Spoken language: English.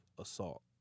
assault